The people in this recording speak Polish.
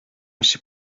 się